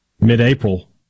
Mid-April